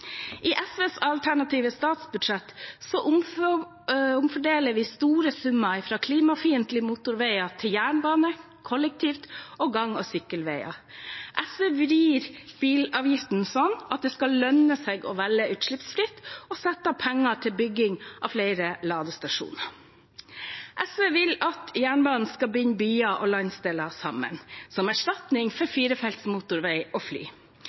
I SVs alternative statsbudsjett omfordeler vi store summer fra klimafiendtlige motorveier til jernbane, kollektivtrafikk og gang- og sykkelveier. SV vrir bilavgiftene slik at det skal lønne seg å velge utslippsfritt, og setter av penger til bygging av flere ladestasjoner. SV vil at jernbanen skal binde byer og landsdeler sammen, som erstatning for firefelts motorveier og fly.